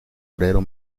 obrero